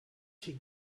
she